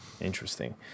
Interesting